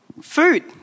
Food